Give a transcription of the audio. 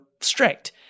strict